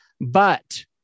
But-